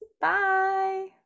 Bye